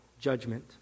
judgment